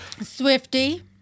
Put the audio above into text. Swifty